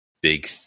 big